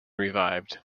revived